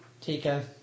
tika